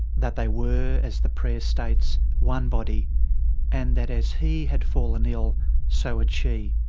that they were, as the prayer states, one body and that as he had fallen ill so had she,